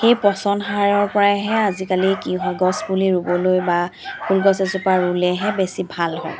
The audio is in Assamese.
এই পচন সাৰৰ পৰাহে আজি কালি কি হয় গছপুলি ৰুবলৈ বা ফুলগছ এজোপা ৰুলেহে বেছি ভাল হয়